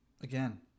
Again